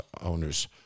owners